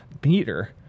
Peter